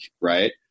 Right